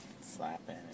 Slapping